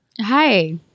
Hi